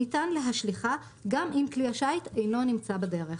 ניתן להשליכה גם אם כלי השיט אינו נמצא בדרך.